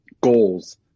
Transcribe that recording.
goals